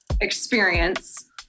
experience